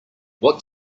what